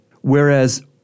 whereas